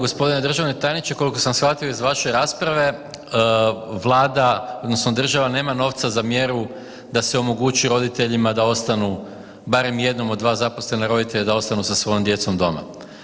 Gospodine državni tajniče koliko sam shvatio iz vaše rasprave Vlada odnosno država nema novca za mjeru da se omogući roditeljima da ostanu, barem jednom od dva zaposlena roditelja da ostanu sa svojom djecom doma.